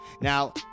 now